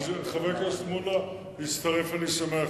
חבר הכנסת מולה הצטרף, אני שמח